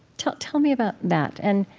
tell tell me about that. and